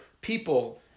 people